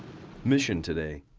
mission today.